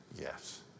yes